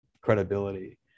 credibility